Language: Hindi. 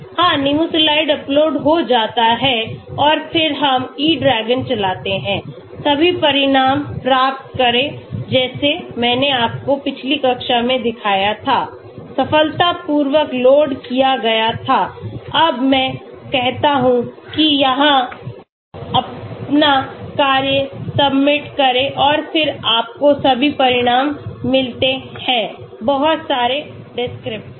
हाँ Nimesulide अपलोड हो जाता है और फिर हम E DRAGON चलाते हैं सभी परिणाम प्राप्त करें जैसे मैंने आपको पिछली कक्षा में दिखाया था सफलतापूर्वक लोड किया गया था अब मैं कहता हूं कि यहां अपना कार्य सबमिट करें और फिर आपको सभी परिणाम मिलते हैं बहुत सारे डिस्क्रिप्टर